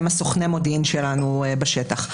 הם סוכני המודיעין שלנו בשטח.